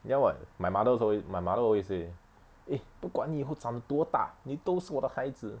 ya [what] my mother always my mother always say eh 不管你以后长多大你都是我的孩子